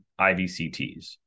IVCTs